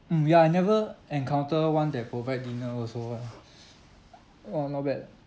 mm ya I never encounter one that provide dinner also lah uh uh not bad